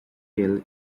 held